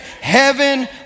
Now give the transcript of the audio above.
Heaven